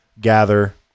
gather